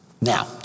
Now